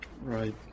Right